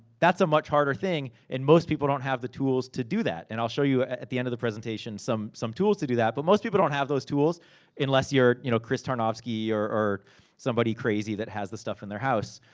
that's a much harder thing. and most people don't have the tools to do that. and i'll show you at the end of the presentation some some tools to do that. but most people don't have those tools unless you're you know chris tarnovsky, or or somebody crazy that has this stuff in their house.